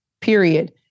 period